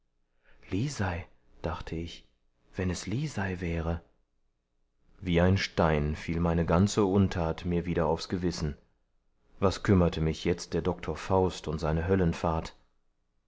lisei dachte ich wenn es lisei wäre wie ein stein fiel meine ganze untat mir wieder aufs gewissen was kümmerte mich jetzt der doktor faust und seine